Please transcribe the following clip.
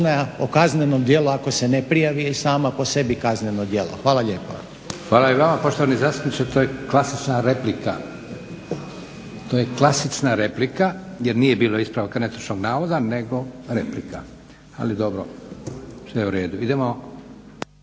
o kaznenom djelu ako se ne prijavi je sama po sebi kazneno djelo. Hvala lijepo. **Leko, Josip (SDP)** Hvala i vama poštovani zastupniče. To je klasična replika jer nije bilo ispravka netočnog navoda nego replika, ali dobro, sve u redu. Idemo